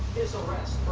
is a real